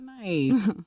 Nice